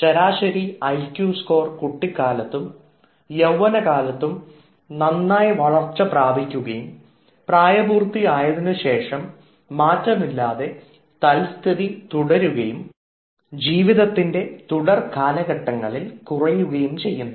ശരാശരി IQ score കുട്ടിക്കാലത്തും യൌവനകാലത്തും നന്നായി വളർച്ച പ്രാപിക്കുകയും പ്രായപൂർത്തിയായതിനു ശേഷം മാറ്റമില്ലാതെ തൽസ്ഥിതി തുടരുകയും ജീവിതത്തിൻറെ തുടർ കാലഘട്ടങ്ങളിൽ കുറയുകയും ചെയ്യുന്നു